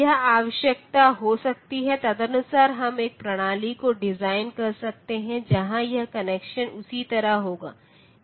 यह आवश्यकता हो सकती है तदनुसार हम एक प्रणाली को डिज़ाइन कर सकते हैं जहां यह कनेक्शन उसी तरह होगा